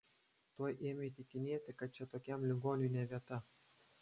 tuoj ėmė įtikinėti kad čia tokiam ligoniui ne vieta